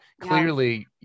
clearly